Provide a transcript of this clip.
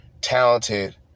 talented